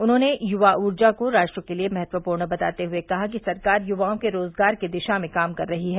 उन्होंने युवा ऊर्जा को राष्ट्र के लिए महत्वपूर्ण बताते हुए कहा कि सरकार युवाओं के रोजगार की दिशा में काम कर रही है